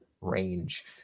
range